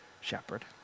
shepherd